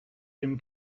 dem